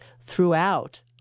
throughout